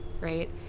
right